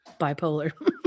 bipolar